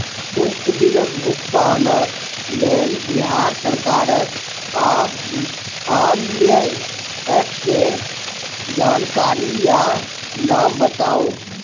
उक्त बिलक भुगतानक लेल बिहार सरकारक आअन्य एप के जानकारी या नाम बताऊ?